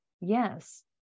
yes